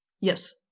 Yes